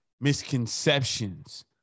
misconceptions